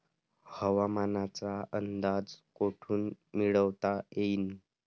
हवामानाचा अंदाज कोठून मिळवता येईन?